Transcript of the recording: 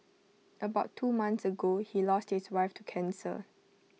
about two months ago he lost his wife to cancer